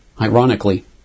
ironically